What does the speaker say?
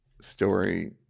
story